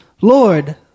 Lord